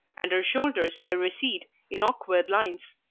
and her shoulders may recede in awkward lines,